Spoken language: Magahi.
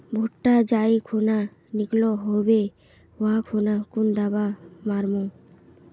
भुट्टा जाई खुना निकलो होबे वा खुना कुन दावा मार्मु?